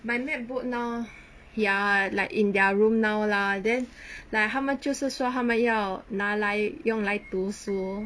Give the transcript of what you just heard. my macbook now ya like in their room now lah then like 他们就是说他们要拿来用来读书